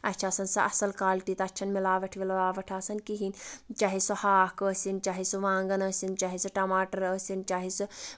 اَسہِ چھِ آسان سۄ اَصٕل کالٹی تَتھ چھِنہٕ مِلاوَٹھ وِلاوَٹھ آسان کِہینۍ چاہے سُہ ہاکھ ٲسِنۍ چاہے سُہ وانگن ٲسِنۍ چاہے سُہ ٹماٹر ٲسِنۍ چاہے سُہ